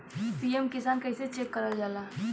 PM Kisan कइसे check करल जाला?